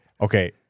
okay